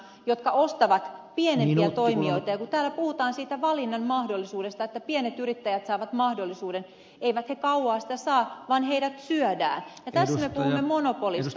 meillä on kolme suurta toimijaa jotka ostavat pienempiä toimijoita ja kun täällä puhutaan siitä valinnan mahdollisuudesta että pienet yrittäjät saavat mahdollisuuden niin eivät he kauaa sitä saa vaan heidät syödään ja tässä me puhumme monopolista